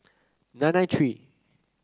nine nine three